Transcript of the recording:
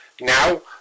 Now